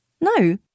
No